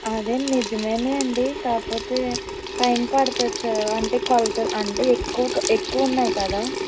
అదే నిజమేలెండి కాకపోతే టైం పడుతుంది సార్ అంటే కొలతల అంటే ఎక్కు ఎక్కువ ఉన్నాయి కదా